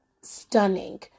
stunning